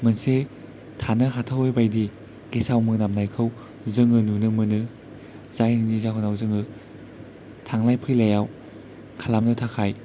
मोनसे थानो हाथावै बायदि गेसाव मोनामनायखौ जोङो नुनो मोनो जायनि जाहोनाव जोङो थांलाय फैलायाव खालामनो थाखाय